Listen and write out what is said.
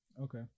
Okay